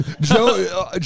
Joe